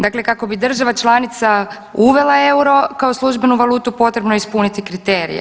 Dakle, kako bi država članica uvela euro kao službenu valutu, potrebno je ispuniti kriterije.